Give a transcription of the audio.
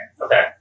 Okay